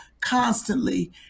constantly